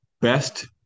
best